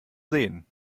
sehen